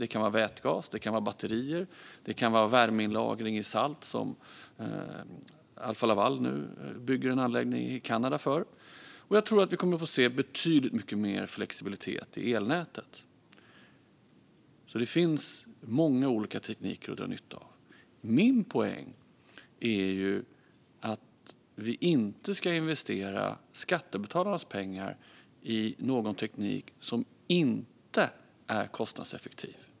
Det kan vara vätgas, batterier och värmeinlagring i salt, som Alfa Laval nu bygger en anläggning i Kanada för. Jag tror att vi kommer att få se betydligt mycket mer flexibilitet i elnätet. Det finns många olika tekniker att dra nytta av. Min poäng är att vi inte ska investera skattebetalarnas pengar i någon teknik som inte är kostnadseffektiv.